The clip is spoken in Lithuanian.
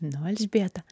nu elžbieta